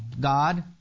God